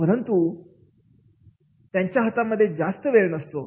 परंतु त्यांच्या हातामध्ये जास्त वेळ नसतो